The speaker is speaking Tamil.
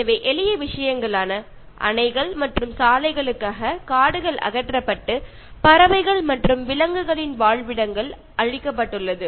எனவே எளிய விஷயங்களான அணைகள் மற்றும் சாலைகளுக்காக காடுகள் அகற்றப்பட்டு பறவைகள் மற்றும் விலங்குகளின் வாழ்விடங்கள் அளிக்கப்பட்டுள்ளது